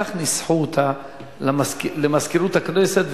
כך ניסחו אותה למזכירות הכנסת.